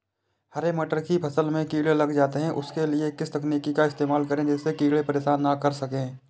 हरे मटर की फसल में कीड़े लग जाते हैं उसके लिए किस तकनीक का इस्तेमाल करें जिससे कीड़े परेशान ना कर सके?